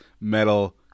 metal